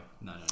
no